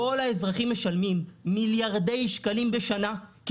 כל האזרחים משלמים מיליארדי שקלים בשנה כי